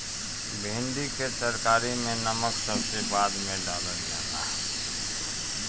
भिन्डी के तरकारी में नमक सबसे बाद में डालल जाला